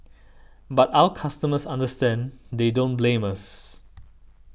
but our customers understand they don't blame us